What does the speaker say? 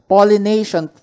Pollination